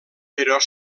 però